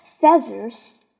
feathers